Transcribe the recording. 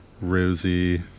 Rosie